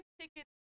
tickets